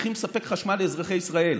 צריכים לספק חשמל לאזרחי ישראל,